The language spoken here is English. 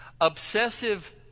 obsessive